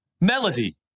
melody